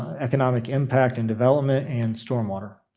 economic impact and development, and storm water.